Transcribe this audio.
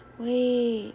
wait